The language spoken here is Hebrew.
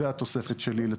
זו התוספת שלי.